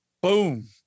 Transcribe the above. boom